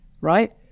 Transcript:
right